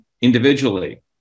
individually